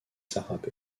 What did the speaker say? sarah